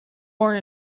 more